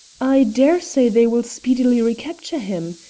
i daresay they will speedily recapture him.